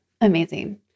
Amazing